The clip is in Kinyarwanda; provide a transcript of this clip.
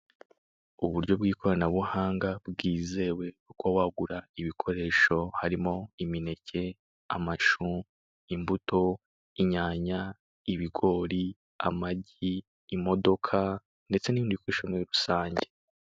Uburyo bw'ikoranabuhanga bwizewe, uko wagura ibikoresho harimo: imineke, amashu, imbuto, inyanya, ibigori, amagi, imodoka ndetse n'indi bikoresho muri rusange.